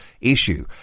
issue